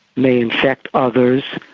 they infect others,